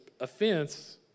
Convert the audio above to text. offense